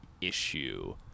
issue